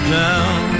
down